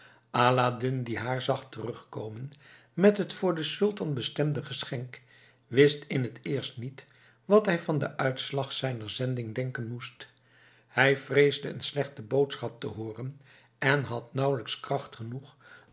aladdin die haar zag terugkomen met het voor den sultan bestemde geschenk wist in t eerst niet wat hij van den uitslag zijner zending denken moest hij vreesde een slechte boodschap te hooren en had nauwelijks kracht genoeg